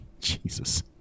Jesus